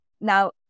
Now